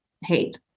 hate